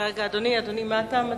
אדוני, מה אתה מציע?